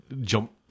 jump